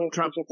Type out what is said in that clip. Trump